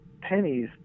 pennies